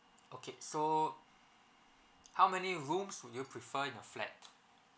okay so how many rooms would you prefer in a flat